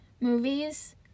movies